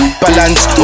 balance